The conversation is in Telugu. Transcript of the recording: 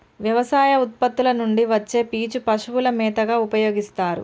వ్యవసాయ ఉత్పత్తుల నుండి వచ్చే పీచు పశువుల మేతగా ఉపయోస్తారు